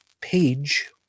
page